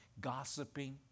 gossiping